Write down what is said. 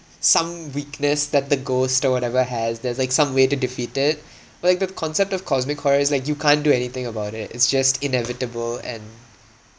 some weakness that the ghost or whatever has there's like some way to defeat it but like the concept of cosmic horrors is like you can't do anything about it it's just inevitable and